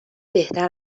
بهتر